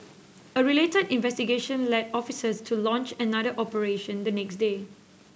a related investigation led officers to launch another operation the next day